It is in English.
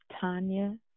Tanya